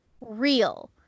real